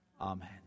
amen